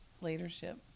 leadership